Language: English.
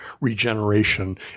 regeneration